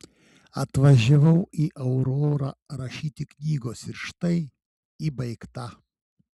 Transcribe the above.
atvažiavau į aurorą rašyti knygos ir štai ji baigta